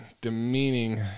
demeaning